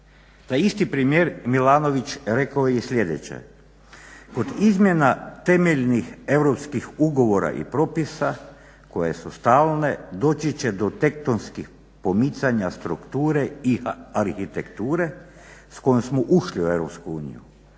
taj isti premijer Milanović rekao je sljedeće "Kod izmjena temeljnih europskih ugovora i propisa koje su stalne doći će do tektonskih pomicanja strukture i arhitekture s kojom smo ušli u EU.